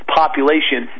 population